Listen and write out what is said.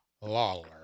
Lawler